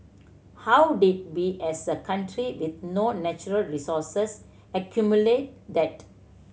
how did we as a country with no natural resources accumulate that